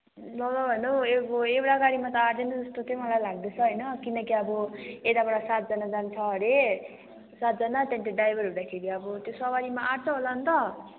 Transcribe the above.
ल होइन एगो एउडा गाडीमा त आँट्दैन जस्तो चाहिँ मलाई लाग्दैछ होइन किनकि अब यताबाट सातजना जान्छ हरे सातजना त्यहाँ त ड्राइभर हुँदाखेरि अब त्यो सवारीमा आँट्छ होला अन्त